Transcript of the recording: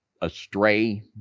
astray